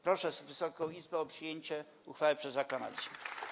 Proszę Wysoką Izbę o przyjęcie uchwały przez aklamację.